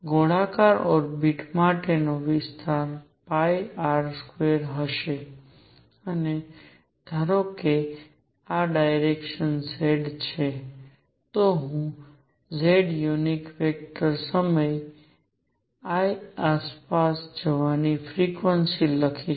ગોળાકાર ઓર્બિટ માટેનો વિસ્તાર R2 હશે અને ધારો કે આ ડાયરેક્શન z છે તો હું z યુનિટ વેક્ટર સમય I આસપાસ જવાની ફ્રિક્વન્સી લખીશ